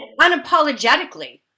Unapologetically